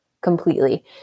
completely